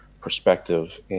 perspective